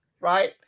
right